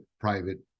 private